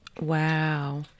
Wow